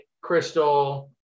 Crystal